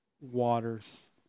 waters